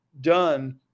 done